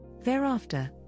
Thereafter